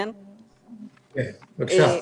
בבקשה.